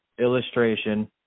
illustration